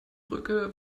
brücke